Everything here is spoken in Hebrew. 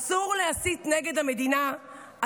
אסור להסית נגד המדינה,